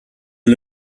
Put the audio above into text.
you